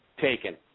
taken